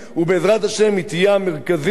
ובעזרת השם היא תהיה המרכזית,